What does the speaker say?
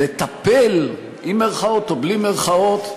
לטפל, עם מירכאות או בלי מירכאות,